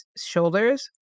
shoulders